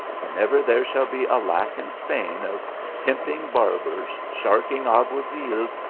whenever there shall be a lack in spain of pimping barbers, sharking alguazils,